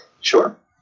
sure